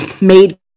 made